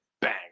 bang